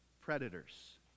predators